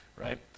right